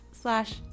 slash